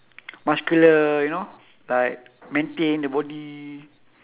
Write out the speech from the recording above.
muscular you know like maintain the body